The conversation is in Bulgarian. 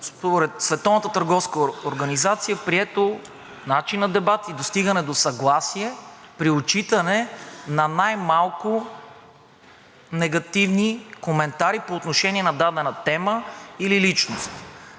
Световната търговска организация е прието начин на дебат и достигане до съгласие при отчитане на най-малко негативни коментари по отношение на дадена тема или личност.